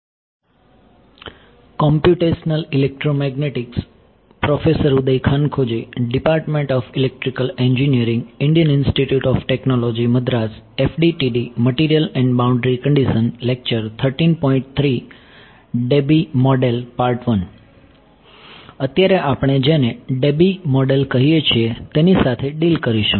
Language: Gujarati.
અત્યારે આપણે જેને Debye મોડલ કહીએ છીએ તેની સાથે ડીલ કરીશું